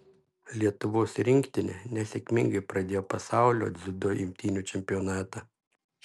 lietuvos rinktinė nesėkmingai pradėjo pasaulio dziudo imtynių čempionatą